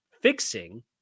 fixing